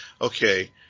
okay